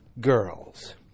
Girls